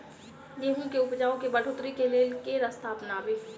गेंहूँ केँ उपजाउ केँ बढ़ोतरी केँ लेल केँ रास्ता अपनाबी?